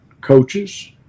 coaches